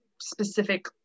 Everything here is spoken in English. specific